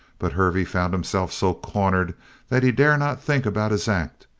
but hervey found himself so cornered that he dared not think about his act.